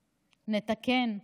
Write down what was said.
נתקן.